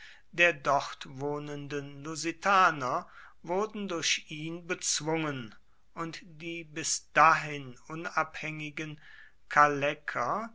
der dort wohnenden lusitaner wurden durch ihn bezwungen und die bis dahin unabhängigen